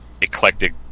eclectic